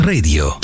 Radio